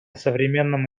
современном